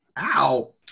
ow